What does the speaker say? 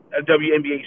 WNBA